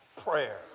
prayer